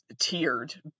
Tiered